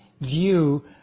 view